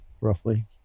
Roughly